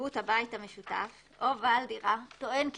ונציגות הבית המשותף או בעל דירה טוען כי